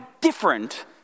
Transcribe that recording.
different